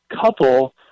couple